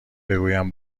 بگویم